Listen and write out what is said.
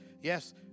yes